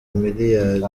miliyali